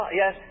yes